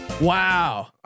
Wow